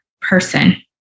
person